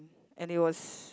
and there was